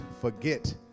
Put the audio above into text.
forget